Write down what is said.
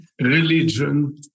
religion